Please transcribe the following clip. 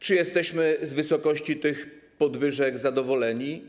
Czy jesteśmy z wysokości tych podwyżek zadowoleni?